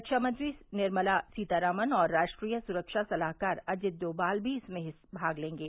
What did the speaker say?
खामंत्री निर्मला सीतारामन और राष्ट्रीय सुरक्षा सलाहकार अजित डोमाल भी इसमें भाग लेंगे